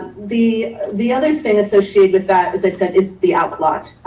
the the other thing associated with that, as i said, is the outlet.